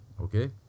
Okay